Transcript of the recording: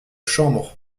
chambres